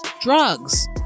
drugs